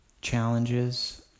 challenges